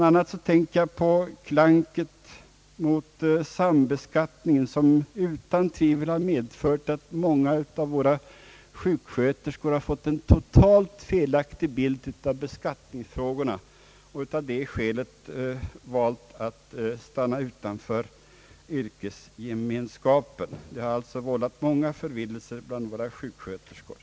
a. tänker jag på klanket mot sambeskattningen som utan tvivel har medfört att många sjuksköterskor har fått en totalt felaktig bild av beskattningsfrågorna och av det skälet valt att stå utanför yrkesgemenskapen. Detta har vållat förvillelser bland våra skjuksköterskor.